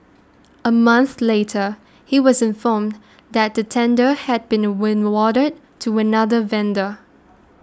a month later he was informed that the tender had been win warded to another vendor